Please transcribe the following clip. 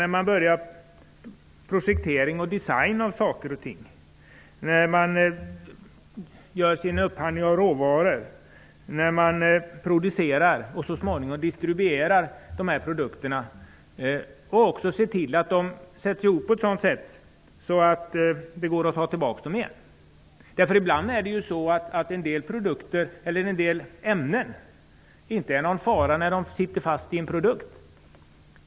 När man börjar med projektering och design, gör sin upphandling av råvaror, producerar och så småningom distruberar produkterna skall man se till att produkterna sätts ihop på ett sådant sätt att det går att återvinna materialet. Ibland är det så att en del ämnen inte utgör någon fara när de ingår i en produkt.